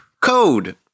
Code